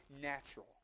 natural